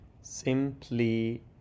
Simply